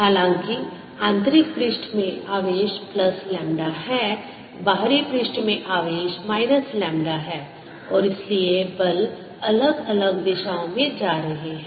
हालांकि आंतरिक पृष्ठ में आवेश प्लस लैम्ब्डा है बाहरी पृष्ठ में आवेश माइनस लैम्ब्डा है और इसलिए बल अलग अलग दिशाओं में जा रहे हैं